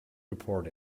report